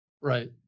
Right